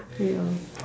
ya